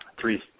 three